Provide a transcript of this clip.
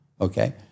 Okay